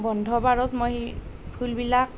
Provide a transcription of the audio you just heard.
বন্ধ বাৰত মই ফুলবিলাক